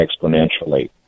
exponentially